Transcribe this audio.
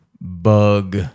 bug